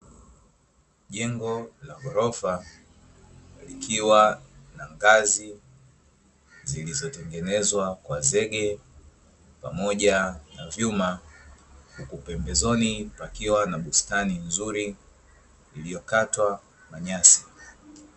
Jengo la ghorofa likiwa na ngazi zilizotengenezwa kwa zege pamoja na vyuma, pembezoni pakiwa na bustani nzuri iliyokatwa manyasi.